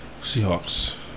Seahawks